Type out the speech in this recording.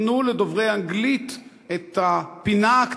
תנו לדוברי אנגלית את הפינה היומית